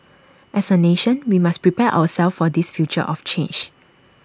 as A nation we must prepare ourselves for this future of change